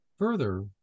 Further